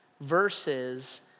verses